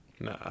Nah